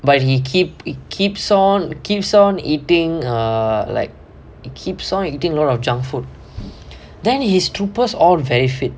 but he keep he keep on keeps on eating err like he keeps on eating a lot of junk food then he's troopers all very fit